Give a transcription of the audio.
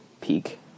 peak